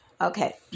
Okay